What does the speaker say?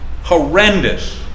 Horrendous